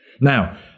Now